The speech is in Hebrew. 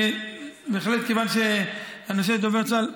מכיוון שאנשי דובר צה"ל,